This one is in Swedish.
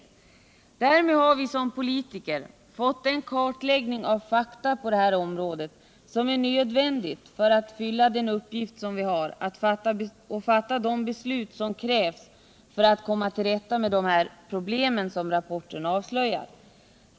I och med denna kartläggning har vi som politiker fått de fakta på området som är nödvändiga för att fylla den uppgift vi har att fatta de beslut som krävs för att komma till rätta med de problem rapporten avslöjar.